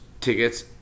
tickets